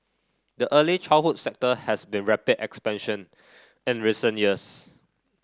the early childhood sector has seen rapid expansion in recent years